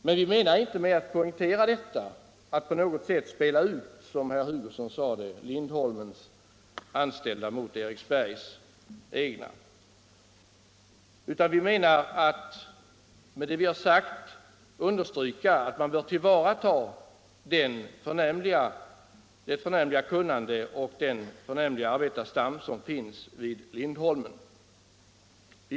Men att vi poängterar detta innebär inte att vi på något sätt vill spela ut, som herr Hugosson sade, Lindholmens anställda mot Eriksbergs anställda, utan vad vi vill understryka är att man bör tillvarata det förnämliga kunnande och den förnämliga arbetarstam som finns vid Lindholmens Varv.